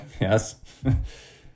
yes